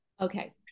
Okay